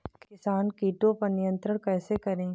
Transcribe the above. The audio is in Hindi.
किसान कीटो पर नियंत्रण कैसे करें?